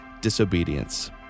disobedience